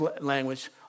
language